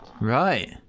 Right